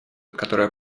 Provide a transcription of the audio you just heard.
которая